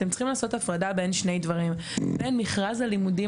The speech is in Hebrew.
אתם צריכים לעשות את ההפרדה בין מכרז הלימודים